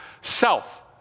self